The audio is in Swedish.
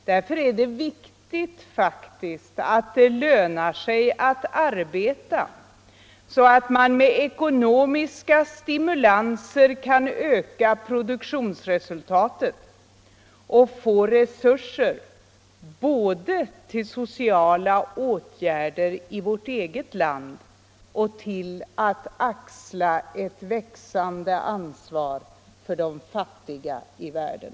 Därför är det viktigt att det lönar sig att arbeta, så att man med ekonomiska stimulanser kan öka produktionsresultatet och få resurser både till sociala åtgärder i vårt eget land och till att axla ett växande ansvar för de fattiga i världen.